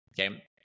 okay